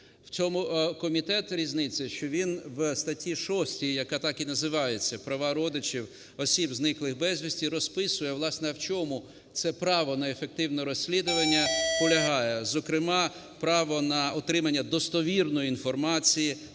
В цьому комітету різниця, що він в статті 6, яка так і називається "Права родичів осіб, зниклих безвісти", розписує, власне, а в чому це право на ефективне розслідування полягає. Зокрема право на отримання достовірної інформації